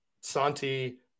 Santi